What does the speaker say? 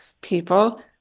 people